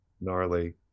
Gnarly